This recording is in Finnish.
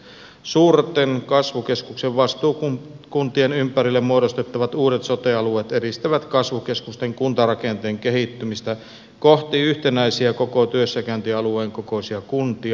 suurten kasvukeskusten vastuukuntien ympärille muodostettavat uudet sote alueet edistävät kasvukeskusten kuntarakenteen kehittymistä kohti yhtenäisiä koko työssäkäyntialueen kokoisia kuntia